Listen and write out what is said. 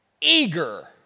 Eager